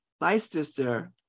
Leicester